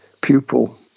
pupil